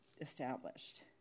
established